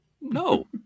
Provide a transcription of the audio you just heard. No